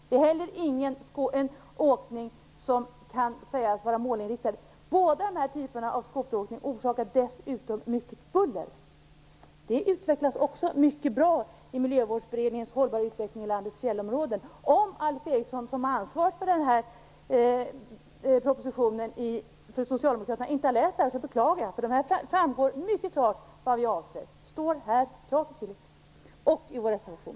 Det är inte heller en åkning som kan sägas vara målinriktad. Båda de här typerna av skoteråkning orsakar dessutom mycket buller. Det utvecklas också mycket bra i Miljövårdsberedningens betänkande. Om Alf Eriksson som talesman för den här propositionen från Socialdemokraterna inte har läst det beklagar jag det. Där framgår mycket klart vad vi avser. Det står här klart och tydligt, liksom i vår reservation.